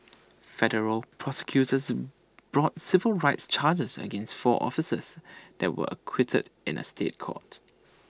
federal prosecutors brought civil rights charges against four officers that they were acquitted in A State Court